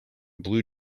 blue